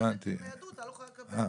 גברת?